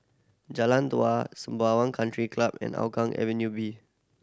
Jalan Dua Sembawang Country Club and Hougang Avenue B